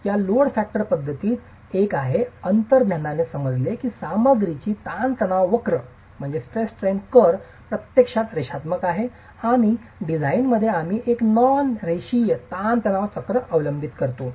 या load factor पद्धतीत एक आहे अंतर्ज्ञानाने समजले की सामग्रीची ताणतणाव वक्र प्रत्यक्षात रेषात्मक आहे आणि डिझाइनमध्ये आम्ही एक नॉन रेषीय ताण तणाव वक्र अवलंब करतो